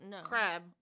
Crab